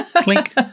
Clink